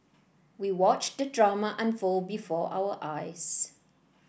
we watched the drama unfold before our eyes